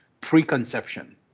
pre-conception